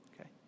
okay